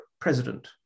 president